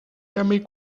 jamais